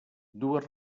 dues